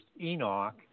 Enoch